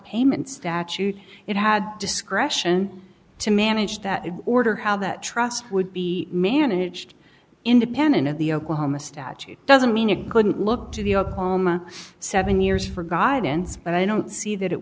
payment statute it had discretion to manage that in order how that trust would be managed independent of the oklahoma statute doesn't mean it couldn't look to the other seven years for guidance but i don't see that it